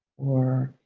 or